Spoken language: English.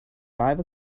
five